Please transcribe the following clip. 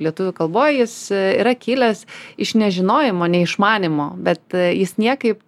lietuvių kalboj jis yra kilęs iš nežinojimo neišmanymo bet jis niekaip